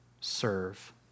Serve